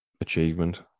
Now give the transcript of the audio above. achievement